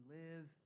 live